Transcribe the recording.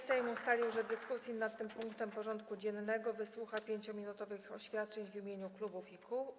Sejm ustalił, że w dyskusji nad tym punktem porządku dziennego wysłucha 5-minutowych oświadczeń w imieniu klubów i kół.